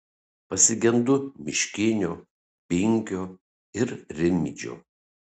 pasigendu miškinio binkio ir rimydžio